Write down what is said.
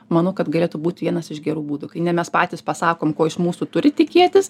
manau kad galėtų būt vienas iš gerų būdų kai ne mes patys pasakom ko iš mūsų turi tikėtis